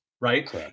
Right